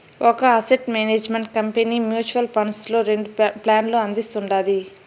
ఒక asset management company mutual funds లో రెండు ప్లాన్లు అందిస్తుండాది